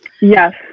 yes